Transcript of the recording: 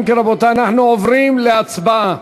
אנחנו עוברים להצבעה.